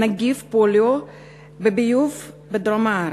נגיף פוליו בביוב בדרום הארץ.